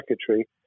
secretary